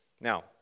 Now